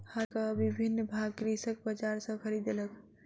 हरक विभिन्न भाग कृषक बजार सॅ खरीदलक